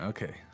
Okay